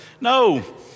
No